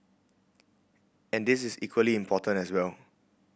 and this is equally important as well